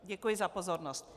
Děkuji za pozornost.